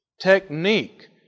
technique